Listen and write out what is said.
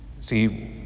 See